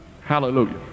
Hallelujah